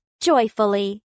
joyfully